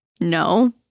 No